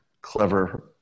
clever